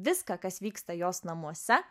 viską kas vyksta jos namuose